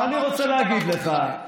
אבל אני רוצה להגיד לך,